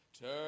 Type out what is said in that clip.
turn